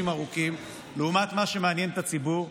ארוכים לעומת מה שמעניין את הציבור,